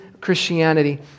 Christianity